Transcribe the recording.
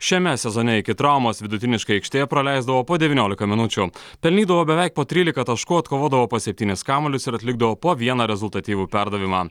šiame sezone iki traumos vidutiniškai aikštėje praleisdavo po devyniolika minučių pelnydavo beveik po trylika taškų atkovodavo po septynis kamuolius ir atlikdavo po vieną rezultatyvų perdavimą